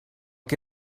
que